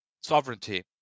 sovereignty